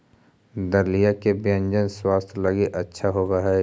दलिया के व्यंजन स्वास्थ्य लगी अच्छा होवऽ हई